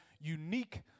unique